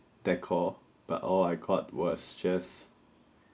decor but all I got was just